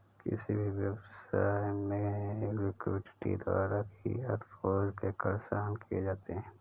किसी भी व्यवसाय में लिक्विडिटी द्वारा ही हर रोज के खर्च सहन किए जाते हैं